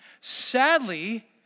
Sadly